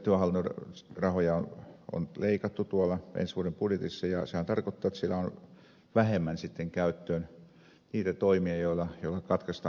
yleensä työhallinnon rahoja on leikattu ensi vuoden budjetissa ja sehän tarkoittaa että siellä on vähemmän käyttöön niitä toimia joilla katkaistaan pitkäaikaistyöttömyyttä